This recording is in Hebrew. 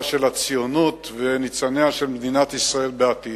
של הציונות וניצניה של מדינת ישראל בעתיד: